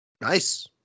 Nice